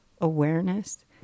awareness